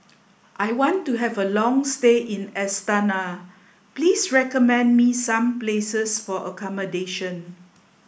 I want to have a long stay in Astana please recommend me some places for accommodation